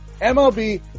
MLB